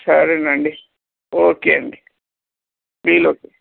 సరేనండి ఓకే అండి deal okay